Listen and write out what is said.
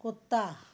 कुत्ता